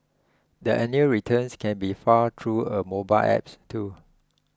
the annual returns can be filed through a mobile app too